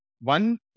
one